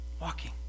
Walking